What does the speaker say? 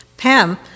Pam